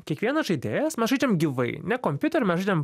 kiekvienas žaidėjas mes žaidžiam gyvai ne kompiuteriu mes žaidžiam